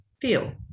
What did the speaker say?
feel